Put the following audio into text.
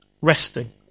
resting